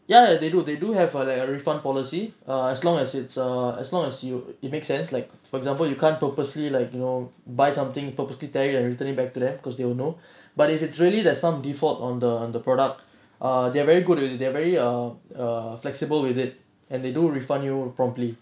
ya they do they do have like a refund policy ah as long as it's uh as long as you it makes sense like for example you can't purposely like you know buy something purposely tear it and return it back to them cause they will know but if it's really that some default on the on the product err they are very good they are very err err flexible with it and they do refund you promptly